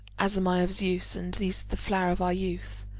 as am i of zeus, and these the flower of our youth.